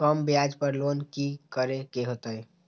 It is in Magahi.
कम ब्याज पर लोन की करे के होतई?